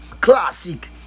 classic